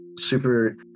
super